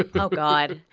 ah oh, god.